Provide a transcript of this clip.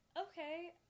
okay